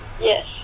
Yes